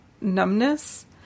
numbness